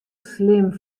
slim